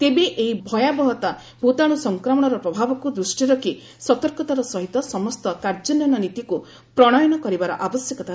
ତେବେ ଏହି ଭୟାବହତା ଭୂତାଣୁ ସଂକ୍ରମଣର ପ୍ରଭାବକୁ ଦୃଷ୍ଟିରେ ରଖି ସତର୍କତାର ସହିତ ସମସ୍ତ କାର୍ଯ୍ୟାନ୍ୟନ ନୀତିକୁ ପ୍ରଣୟନ କରିବାର ଆବଶ୍ୟକତା ରହିଛି